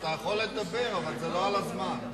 אז אתה יכול לדבר, אבל זה לא על-חשבון הזמן.